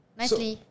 nicely